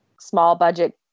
small-budget